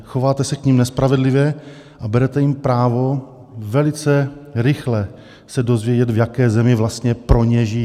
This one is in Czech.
Chováte se k nim nespravedlivě a berete jim právo velice rychle se dozvědět, v jaké zemi vlastně pro ně žijí.